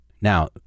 Now